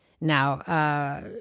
now